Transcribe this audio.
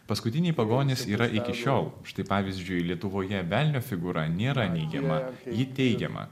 paskutiniai pagonys yra iki šiol štai pavyzdžiui lietuvoje velnio figūra nėra neigiama ji teigiama